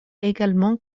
également